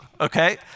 okay